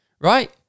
right